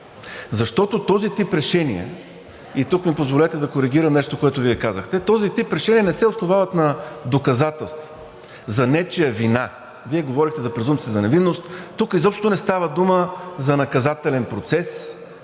защото този тип решения – и тук ми позволете да коригирам нещо, което Вие казахте, този тип решения не се основават на доказателства за нечия вина. Вие говорите за презумпцията за невинност, тук изобщо не става дума за наказателен процес,